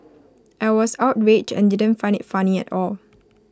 I was outraged and didn't find IT funny at all